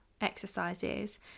exercises